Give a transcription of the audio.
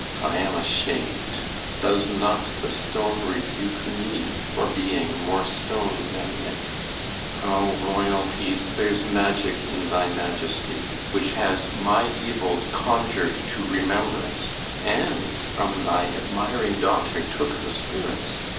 i am asham'd does not the stone rebuke me for being more stone than it o royal piece, there's magic in thy majesty which has my evils conjur'd to remembrance and from thy admiring daughter took the spirits,